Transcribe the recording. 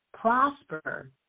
prosper